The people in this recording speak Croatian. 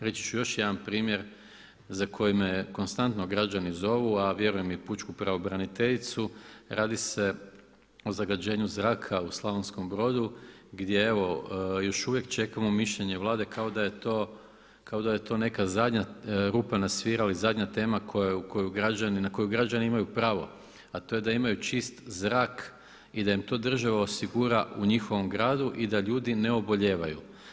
Reći ću još jedan primjer za koji me konstantno građani zovu, a vjerujem i pučku pravobraniteljicu, radi se o zagađenju zraka u Slavonskom Brodu gdje evo još uvijek čekamo mišljenje Vlade kao da je to neka zadnja rupa na svirali, zadnja tema na koju građani imaju pravo, a to je da imaju čist zrak i da im to država osigura u njihovom gradu i da ljudi ne obolijevaju.